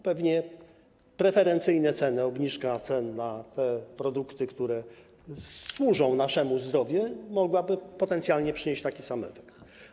Pewnie preferencyjne ceny, obniżka cen na te produkty, które służą naszemu zdrowiu, mogłyby potencjalnie przynieść taki sam efekt.